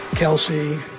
Kelsey